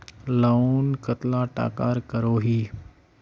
Loan कतला टाका करोही?